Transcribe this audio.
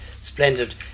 splendid